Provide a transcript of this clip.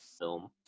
film